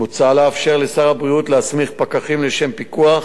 מוצע לאפשר לשר הבריאות להסמיך פקחים לשם פיקוח